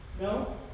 No